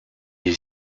est